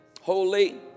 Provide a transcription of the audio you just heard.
holy